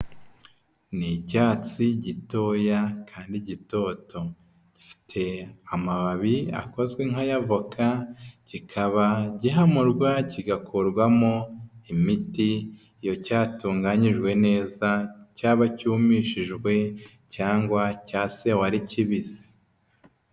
Ni icyatsi gitoya kandi gitoto, gifite amababi akozwe nkaya voka kikaba gihamurwa kigakorwamo imiti iyo cyatunganyijwe neza, cyaba cyumishijwe cyangwa cyasewe ari kibisi.